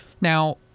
now